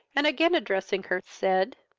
and again addressing her, said,